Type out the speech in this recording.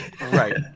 Right